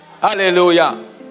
Hallelujah